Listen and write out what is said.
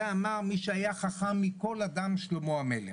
זה אמר מי שהיה חכם מכל אדם שלמה המלך.